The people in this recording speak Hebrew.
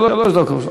שלוש דקות.